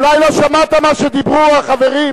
הוא המנהיג של העם הפלסטיני.